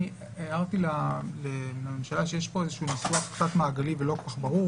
אני הערתי לממשלה שיש כאן איזשהו ניסוח קצת מעגלי ולא כל כך ברור